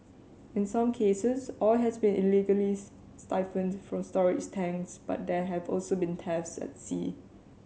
in some cases oil has been illegally siphoned from storage tanks but there have also been thefts at sea